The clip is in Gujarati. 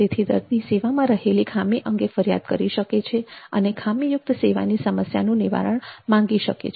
તેથી દર્દી સેવામાં રહેલી ખામી અંગે ફરિયાદ કરી શકે છે અને ખામીયુકત સેવાની સમસ્યાનું નિવારણ માંગી શકે છે